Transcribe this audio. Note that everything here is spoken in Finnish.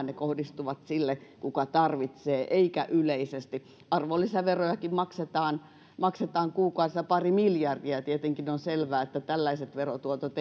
ne nimenomaan kohdistuvat sille kuka tarvitsee eikä yleisesti arvonlisäverojakin maksetaan maksetaan kuukaudessa pari miljardia ja ja tietenkin on selvää että tällaiset verotuotot